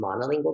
monolingual